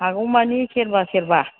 हागौमानि सेरबा सेरबा